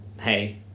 hey